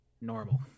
normal